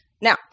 Now